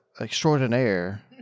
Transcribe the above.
extraordinaire